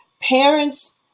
parents